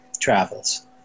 travels